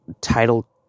title